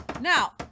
Now